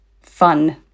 fun